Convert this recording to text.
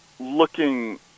looking